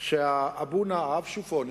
שהאב שופאני